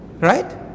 Right